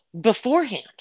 beforehand